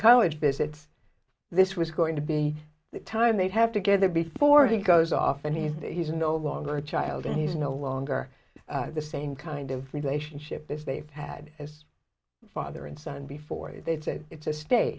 college visit this was going to be the time they'd have together before he goes off and he's no longer a child and he's no longer the same kind of relationship is they've had as father and son before they've said it's a state